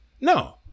No